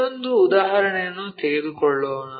ಇನ್ನೊಂದು ಉದಾಹರಣೆಯನ್ನು ತೆಗೆದುಕೊಳ್ಳೋಣ